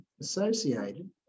associated